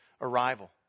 arrival